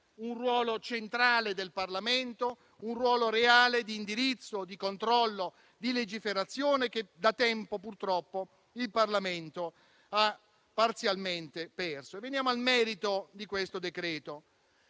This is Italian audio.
il ruolo centrale del Parlamento, un ruolo reale, di indirizzo, di controllo, di legiferazione che da tempo, purtroppo, il Parlamento ha parzialmente perso. Veniamo al merito di questo decreto-legge.